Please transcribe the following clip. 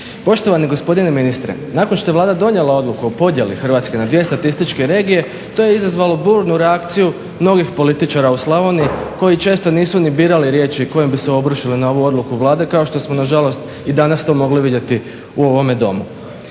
Poštovani gospodine ministre, nakon što je Vlada donijela odluku o podjeli Hrvatske na dvije statističke regije to je izazvalo burnu reakciju mnogih političara u Slavoniji koji često nisu ni birali riječi kojim bi se obrušili na ovu odluku Vlade kao što smo nažalost i danas to mogli vidjeti u ovome domu.